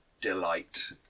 Delight